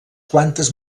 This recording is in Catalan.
quantes